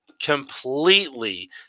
completely